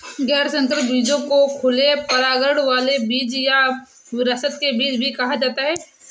गैर संकर बीजों को खुले परागण वाले बीज या विरासत के बीज भी कहा जाता है